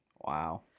Wow